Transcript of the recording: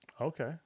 Okay